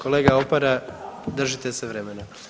Kolega Opara držite se vremena.